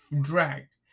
dragged